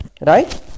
Right